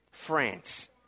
France